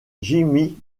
jimmy